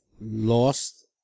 lost